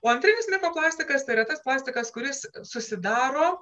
o antrinis mikroplastikas yra tas plastikas kuris susidaro